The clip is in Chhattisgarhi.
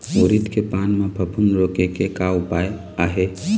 उरीद के पान म फफूंद रोके के का उपाय आहे?